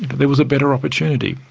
there was a better opportunity,